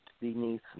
beneath